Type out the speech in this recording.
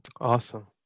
Awesome